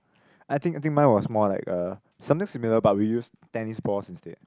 I think I think mine was more like a something similar but we used tennis balls instead